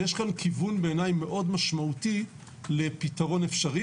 ויש כאן כיוון בעיני מאוד משמעותי לפתרון אפשרי,